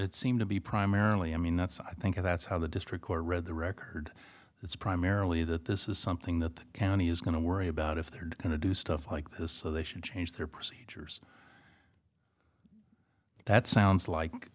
it seem to be primarily i mean that's i think that's how the district court read the record it's primarily that this is something that the county is going to worry about if they're going to do stuff like this so they should change their procedures that sounds like